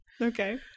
Okay